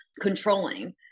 controlling